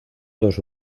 dos